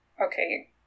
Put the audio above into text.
okay